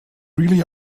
really